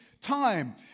time